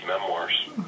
memoirs